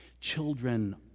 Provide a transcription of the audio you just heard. children